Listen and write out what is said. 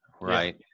right